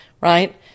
right